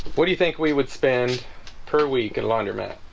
what do you think? we would spend per week at a laundromat?